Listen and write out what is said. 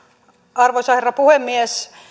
arvoisa herra puhemies